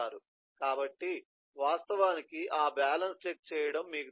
కాబట్టి వాస్తవానికి ఆ బ్యాలెన్స్ చెక్ చేయడం మీకు తెలుసు